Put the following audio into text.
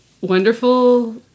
wonderful